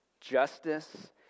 Justice